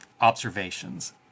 observations